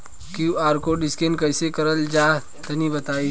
QR code scan कैसे क़रल जला तनि बताई?